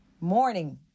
Morning